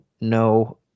no